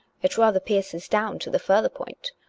it rather pierces down to the further point,